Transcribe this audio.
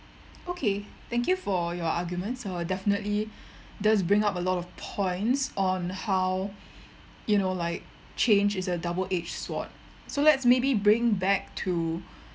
okay thank you for your arguments uh definitely does bring up a lot of points on how you know like change is a double edged sword so maybe let's bring back to